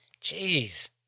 Jeez